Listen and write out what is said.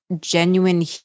genuine